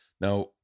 Now